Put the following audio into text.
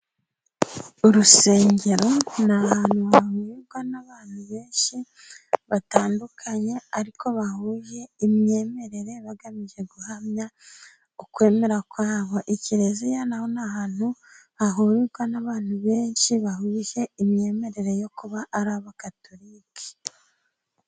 Urusengero ni ahantu hahurirwa n'abantu benshi batandukanye ariko bahuje imyemerere. Bagamije guhamya ku kwemera kwabo. Kiriziya naho ni ahantu hahurirwa n'abantu benshi, bahuje imyemerere yo kuba ari abagatorika.